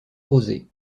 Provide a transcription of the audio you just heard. rosé